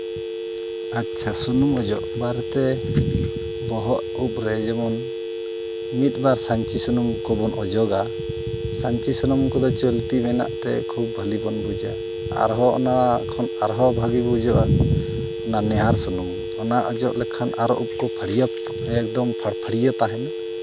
ᱟᱪᱪᱷᱟ ᱥᱩᱱᱩᱢ ᱚᱡᱚᱜ ᱵᱟᱨᱮᱛᱮ ᱵᱚᱦᱚᱜ ᱩᱵ ᱨᱮ ᱡᱮᱢᱚᱱ ᱢᱤᱫ ᱵᱟᱨ ᱥᱟᱧᱪᱤ ᱥᱩᱱᱩᱢ ᱠᱚᱵᱚᱱ ᱚᱡᱚᱜᱟ ᱥᱟᱧᱪᱤ ᱥᱩᱱᱩᱢ ᱠᱚᱫᱚ ᱪᱚᱞᱛᱤ ᱢᱮᱱᱟᱜ ᱛᱮ ᱠᱷᱩᱵ ᱵᱷᱟᱞᱮ ᱵᱚᱱ ᱵᱩᱡᱟ ᱟᱨᱦᱚᱸ ᱚᱱᱟ ᱠᱷᱚᱱ ᱟᱨᱦᱚᱸ ᱵᱷᱟᱜᱮ ᱵᱩᱡᱩᱜᱼᱟ ᱚᱱᱟ ᱱᱤᱦᱟᱹᱨ ᱥᱩᱱᱩᱢ ᱚᱱᱟ ᱚᱡᱚᱜ ᱞᱮᱠᱷᱟᱱ ᱟᱨᱚ ᱩᱵ ᱠᱚ ᱯᱷᱟᱹᱲᱭᱟᱹᱜ ᱮᱠᱫᱚᱢ ᱯᱷᱟᱲ ᱯᱷᱟᱹᱲᱭᱟᱹ ᱛᱟᱦᱮᱱᱟ